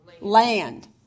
land